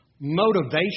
motivation